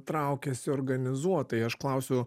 traukiasi organizuotai aš klausiu